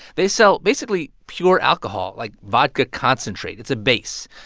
they sell, basically, pure alcohol like vodka concentrate. it's a base.